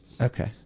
Okay